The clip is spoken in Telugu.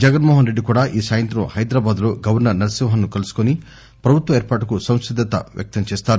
జగన్మోహన్ రెడ్డి కూడా ఈ సాయంత్రం హైదరాబాద్ లో గవర్పర్ నరసింహన్ ను కలుసుకొని ప్రభుత్వ ఏర్పాటుకు సంసిద్దత తెలియజేస్తారు